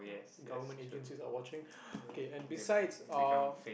government agencies are watching okay and besides uh